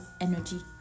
energy